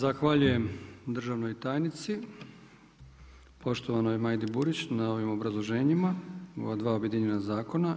Zahvaljujem državnoj tajnici, poštovanoj Majdi Burić na ovim obrazloženjima, ova dva objedinjena zakona.